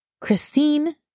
Christine